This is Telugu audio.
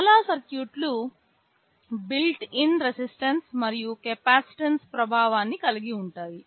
చాలా సర్క్యూట్లు బిల్ట్ ఇన్ రెసిస్టెన్స్ మరియు కెపాసిటెన్స్ ప్రభావాన్ని కలిగి ఉంటాయి